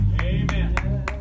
Amen